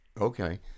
Okay